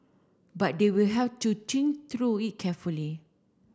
but they will have to think through it carefully